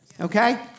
Okay